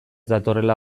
datorrela